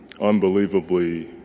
unbelievably